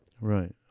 right